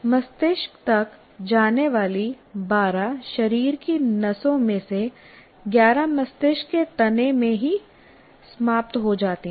मस्तिष्क तक जाने वाली 12 शरीर की नसों में से 11 मस्तिष्क के तने में ही समाप्त हो जाती हैं